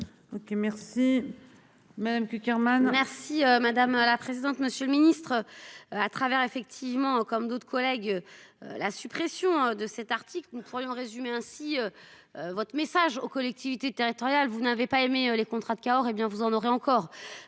Merci madame la présidente. Monsieur le Ministre. À travers effectivement comme d'autres collègues. La suppression de cet article nous pourrions résumer ainsi. Votre message aux collectivités territoriales. Vous n'avez pas aimé les contrats de Cahors, hé bien vous en aurez encore.